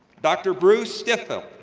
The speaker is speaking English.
dr. bruce stiftel,